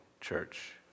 church